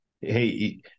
Hey